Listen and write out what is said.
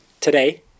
today